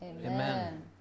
Amen